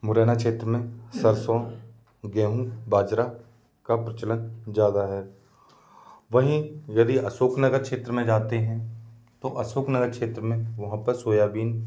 मुरैना क्षेत्र में सरसों गेहूं बाजरा का प्रचलन ज़्यादा है वहीं यदि अशोक नगर क्षेत्र मे जाते है तो अशोक नगर क्षेत्र में वहाँ पर सोयाबीन